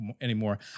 anymore